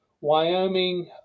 Wyoming